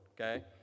Okay